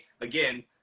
again